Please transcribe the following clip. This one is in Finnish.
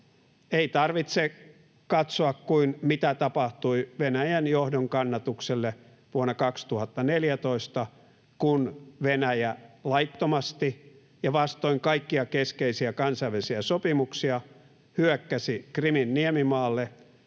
Ei tarvitse katsoa kuin mitä tapahtui Venäjän johdon kannatukselle vuonna 2014, kun Venäjä laittomasti ja vastoin kaikkia keskeisiä kansainvälisiä sopimuksia hyökkäsi Krimin niemimaalle